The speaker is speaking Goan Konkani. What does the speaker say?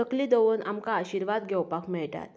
तकली दवरन आमकां आशिर्वाद घेवपाक मेळटा